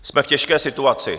Jsme v těžké situaci.